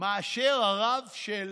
מאשר הרף של